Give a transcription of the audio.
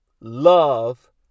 love